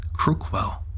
Crookwell